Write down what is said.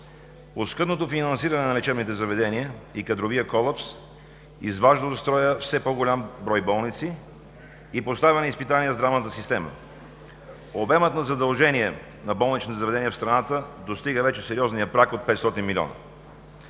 Оскъдното финансиране на лечебните заведения и кадровият колапс изважда от строя все по-голям брой болници и поставя на изпитание здравната система. Обемът на задължения на болничните заведения в страната достига вече сериозния праг от 500 милиона.